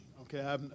Okay